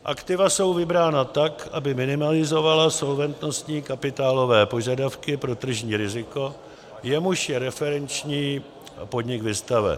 h) aktiva jsou vybrána tak, aby minimalizovala solventnostní kapitálové požadavky pro tržní riziko, jemuž je referenční podnik vystaven;